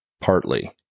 partly